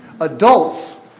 adults